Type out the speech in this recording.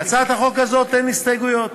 להצעת החוק הזאת אין הסתייגויות,